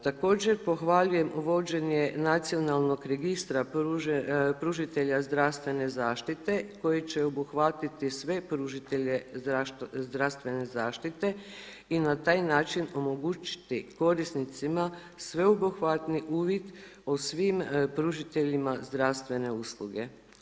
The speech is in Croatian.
Također, pohvaljujem uvođenje Nacionalnog registra pružitelja zdravstvene zaštite koji će obuhvatiti sve pružitelje zdravstvene zaštite i na taj način omogućiti korisnicima sveobuhvatni uvid o svim pružiteljima zdravstvene usluge.